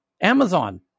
Amazon